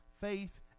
faith